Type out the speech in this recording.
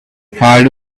hard